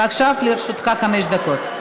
ועכשיו לרשותך חמש דקות.